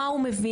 מה הוא מבין,